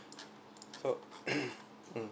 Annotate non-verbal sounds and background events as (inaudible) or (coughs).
so (coughs) mm